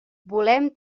volem